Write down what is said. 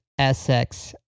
SX